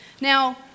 Now